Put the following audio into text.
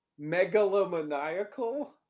megalomaniacal